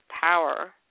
power